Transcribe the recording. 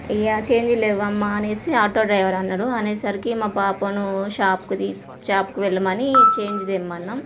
ఇక చేంజ్ లేవమ్మ అని ఆటో డ్రైవర్ అన్నాడు అనేసరికి మా పాపను షాప్కి తి షాప్కు వెళ్ళమని చేంజ్ తెమ్మన్నాం